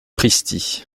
pristi